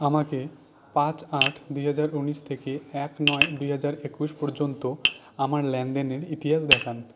আমাকে পাঁচ আট দুই হাজার উনিশ থেকে এক নয় দুই হাজার একুশ পর্যন্ত আমার লেনদেনের ইতিহাস দেখান